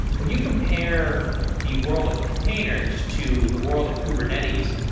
when you compare the world of containers to the world of kubernetes,